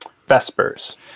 Vespers